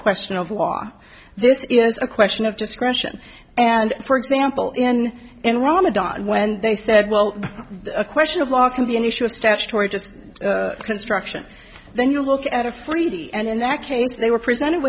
question of law this is a question of discretion and for example in in ramadan when they said well a question of law can be an issue of statutory just construction then you look at afridi and in that case they were presented